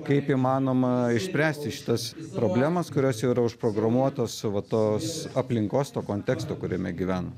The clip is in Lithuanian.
kaip įmanoma išspręsti šitas problemas kurios jau yra užprogramuotos va tos aplinkos to konteksto kuriame gyvenam